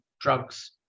drugs